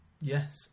yes